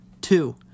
Two